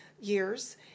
years